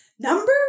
Number